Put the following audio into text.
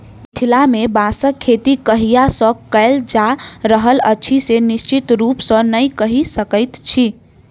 मिथिला मे बाँसक खेती कहिया सॅ कयल जा रहल अछि से निश्चित रूपसॅ नै कहि सकैत छी